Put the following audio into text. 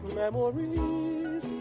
memories